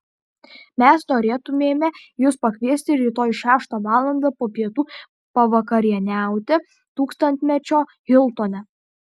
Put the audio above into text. mes norėtumėme jus pakviesti rytoj šeštą valandą po pietų pavakarieniauti tūkstantmečio hiltone